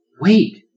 Wait